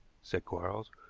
said quarles.